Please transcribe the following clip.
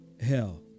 hell